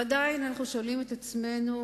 ועדיין אנחנו שואלים את עצמנו: